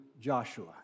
Joshua